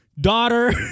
Daughter